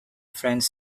friends